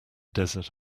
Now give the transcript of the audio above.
desert